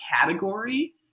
category